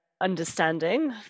understanding